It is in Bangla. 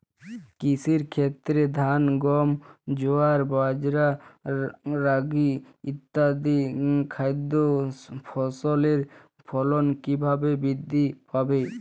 কৃষির ক্ষেত্রে ধান গম জোয়ার বাজরা রাগি ইত্যাদি খাদ্য ফসলের ফলন কীভাবে বৃদ্ধি পাবে?